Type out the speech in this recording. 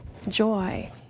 Joy